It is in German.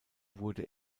wurde